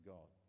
God